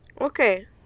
Okay